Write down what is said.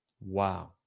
Wow